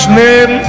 name